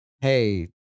hey